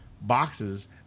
boxes